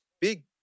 big